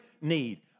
need